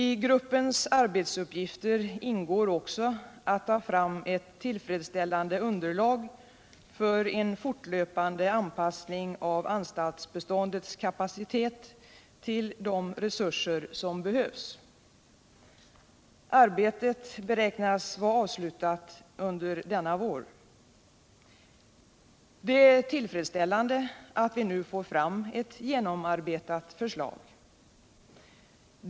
I gruppens arbetsuppgifter ingår också att ta fram ett tillfredsställande underlag för en fortlöpande anpassning av anstaltsbeståndets kapacitet till de resurser som behövs. Arbetet beräknas vara avslutat under denna vår. Det är tillfredsställande att vi nu får fram ett genomarbetat förslag.